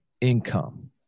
income